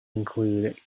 include